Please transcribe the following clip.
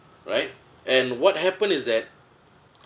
right and what happen is that